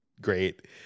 great